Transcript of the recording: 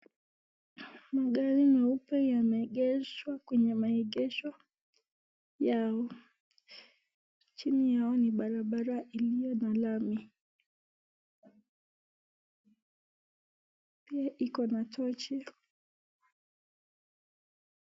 Magari meupe yameegeshwa kwenye maegesho yao. Chini yao ni barabara iliyo na lami. Pia iko na tochi.